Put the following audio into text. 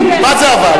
אבל אם, מה זה "אבל"?